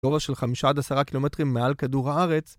גובה של 5 עד 10 קילומטרים מעל כדור הארץ,